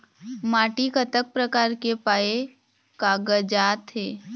माटी कतक प्रकार के पाये कागजात हे?